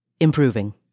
improving